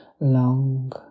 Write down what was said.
long